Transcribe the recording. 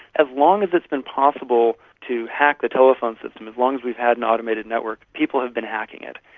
as long as it's been possible to hack the telephone system, as long as we've had an automated network, people have been hacking it.